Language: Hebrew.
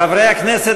חברי הכנסת,